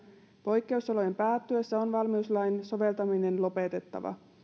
poikkeusolojen päättyessä on valmiuslain soveltaminen lopetettava